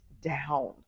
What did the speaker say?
down